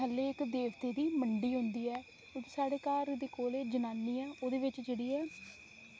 थल्लै उत्थें देवतें दी मंडी होंदी ऐ ते साढ़े घर दे कोल इक्क जनानी ऐ नुहाड़े कोल